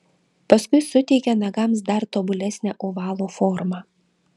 paskui suteikia nagams dar tobulesnę ovalo formą